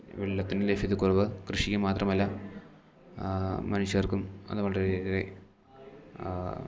വെള്ളത്തിൻ്റെ ലഭ്യതക്കുറവ് കൃഷിയെ മാത്രമല്ല മനുഷ്യർക്കും അത് വളരെ ഏറെ